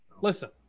Listen